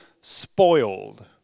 spoiled